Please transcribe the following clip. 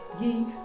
ye